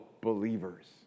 believers